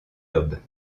lobes